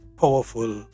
powerful